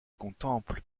contemple